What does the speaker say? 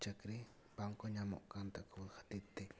ᱪᱟᱹᱠᱨᱤ ᱵᱟᱝ ᱠᱚ ᱧᱟᱢᱚᱜ ᱠᱟᱱ ᱛᱟᱠᱚ ᱠᱷᱟᱹᱛᱤᱨ ᱛᱮ ᱦᱚᱲ